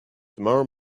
tomorrow